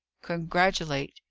congratulate!